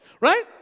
Right